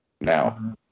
Now